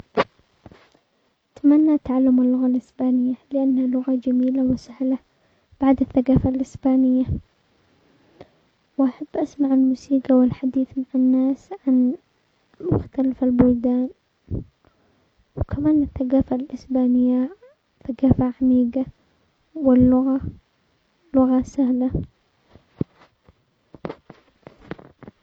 اتمنى تعلموا اللغة الاسبانية لانها لغة جميلة وسهلة بعد الثقافة الاسبانية، واحب اسمع الموسيقى والحديث مع الناس عن مختلف البلدان وكمان الثقافة الاسبانية ثقافة عميقة واللغة لغة سهلة.